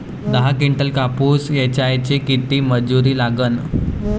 दहा किंटल कापूस ऐचायले किती मजूरी लागन?